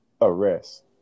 arrest